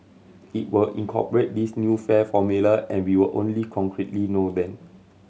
it will incorporate this new fare formula and we will only concretely know then